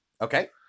Okay